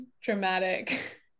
dramatic